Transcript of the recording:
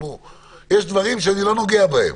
יש דברים שאני לא נוגע בהם.